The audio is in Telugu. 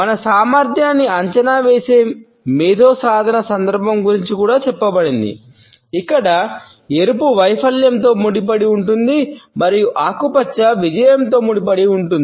మన సామర్థ్యాన్ని అంచనా వేసే మేధో సాధన సందర్భం గురించి కూడా చెప్పబడింది ఇక్కడ ఎరుపు వైఫల్యంతో ముడిపడి ఉంటుంది మరియు ఆకుపచ్చ విజయంతో ముడిపడి ఉంటుంది